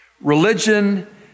Religion